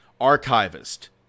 archivist